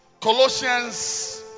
Colossians